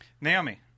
Naomi